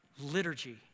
liturgy